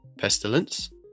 Pestilence